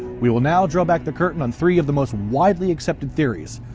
we will now draw back the curtain on three of the most widely accepted theories.